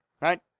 right